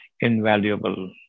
invaluable